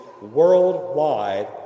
worldwide